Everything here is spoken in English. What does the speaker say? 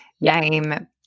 name